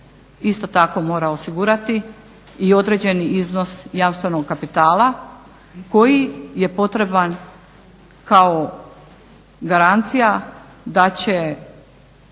Isto tako mora osigurati i određeni iznos jamstvenog kapitala koji je potreban kao garancija da će